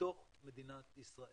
בתוך מדינת ישראל.